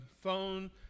Phone